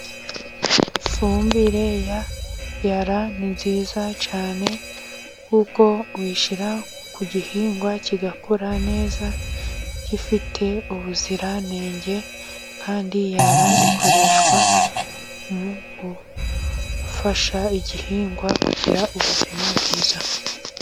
Ifumbire ya yara ni nziza cyane, kuko uyishyira ku gihingwa kigakura neza gifite ubuziranenge, kandi yara ikoreshwa mugufasha igihingwa kugira ubuzima bwiza.